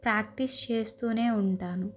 practice చేస్తు ఉంటాను